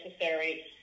necessary